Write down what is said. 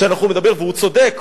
והוא צודק,